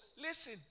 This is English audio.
listen